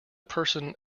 person